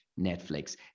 Netflix